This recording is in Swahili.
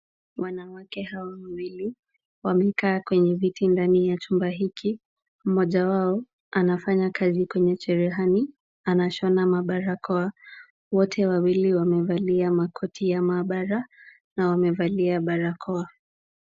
Wanawake hawa wawili wamekaa kwenye viti ndani ya chumba hiki. Mmoja wao anafanya kazi kwenye cherehani, anashona mabarakoa. Wote wawili wamevalia makoti ya maabara na wamevalia barakoa.